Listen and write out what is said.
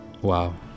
wow